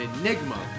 enigma